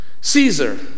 Caesar